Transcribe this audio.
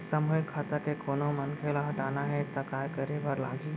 सामूहिक खाता के कोनो मनखे ला हटाना हे ता काय करे बर लागही?